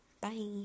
Bye